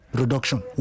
reduction